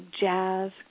jazz